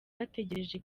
bategereje